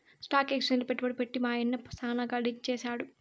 stock ఎక్సేంజిల పెట్టుబడి పెట్టి మా యన్న సాన గడించేసాడు